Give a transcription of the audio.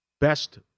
Best